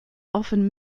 often